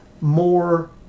more